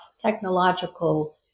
technological